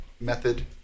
method